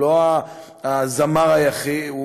והוא לא הזמר היחיד,